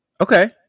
Okay